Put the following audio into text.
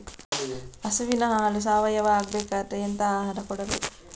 ಹಸುವಿನ ಹಾಲು ಸಾವಯಾವ ಆಗ್ಬೇಕಾದ್ರೆ ಎಂತ ಆಹಾರ ಕೊಡಬೇಕು?